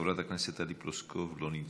חברת הכנסת טלי פלוסקוב, לא נמצאת.